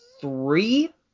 three